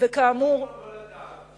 הכי טוב לא לדעת.